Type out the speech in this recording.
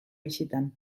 bisitan